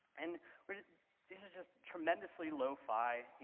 and these are just tremendously low fi, you